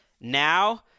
now